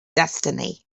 destiny